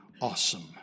awesome